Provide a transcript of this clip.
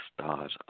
stars